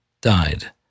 died